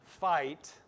fight